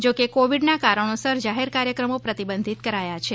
જો કે કોવીડના કારણોસર જાહેર કાર્યક્રમો પ્રતિબંધિત કરાયા છે